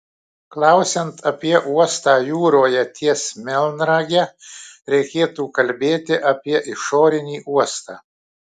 klausiant apie uostą jūroje ties melnrage reikėtų kalbėti apie išorinį uostą